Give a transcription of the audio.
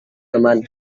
teman